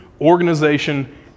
organization